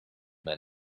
man